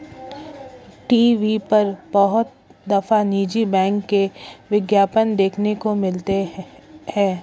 TV पर बहुत दफा निजी बैंक के विज्ञापन देखने को मिलते हैं